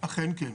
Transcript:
אכן כן.